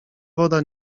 woda